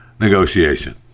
Negotiation